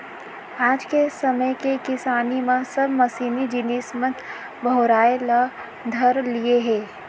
आज के समे के किसानी म सब मसीनी जिनिस मन बउराय ल धर लिये हें